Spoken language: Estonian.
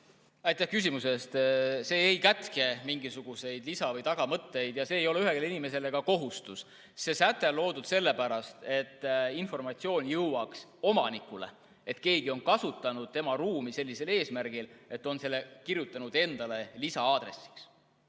Aitäh küsimuse eest! See ei kätke mingisuguseid lisa- või tagamõtteid. Ja see ei ole ühelegi inimesele ka kohustus. See säte on loodud sellepärast, et informatsioon jõuaks omanikule, et keegi on kasutanud tema ruumi sellisel eesmärgil, et on selle kirjutanud endale lisa‑aadressiks.